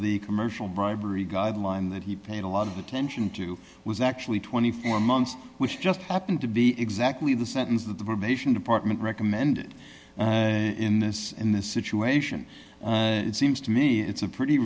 the commercial bribery guideline that he paid a lot of attention to was actually twenty four months which just happened to be exactly the sentence that the probation department recommended in this in this situation it seems to me it's a pretty